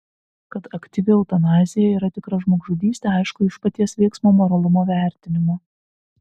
kad aktyvi eutanazija yra tikra žmogžudystė aišku iš paties veiksmo moralumo vertinimo